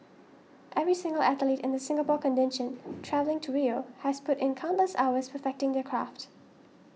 every single athlete in the Singapore contingent travelling to Rio has put in countless hours perfecting their craft